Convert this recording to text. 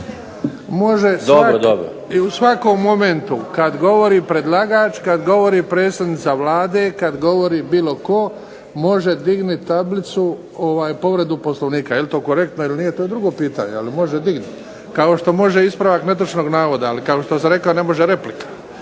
u svakom momentu kada govori predlagač, kada govori predsjednica Vlade, kada govori bilo tko može dignuti tablicu povredu Poslovnika. Jel to korektno ili nije to je drugo pitanje, ali može dignuti. Kao što može ispravak netočnog navoda, ali kao što sam rekao ne može replika.